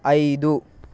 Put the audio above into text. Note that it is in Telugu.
ఐదు